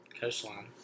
coastline